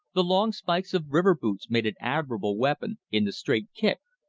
the long spikes of river-boots made an admirable weapon in the straight kick.